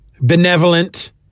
benevolent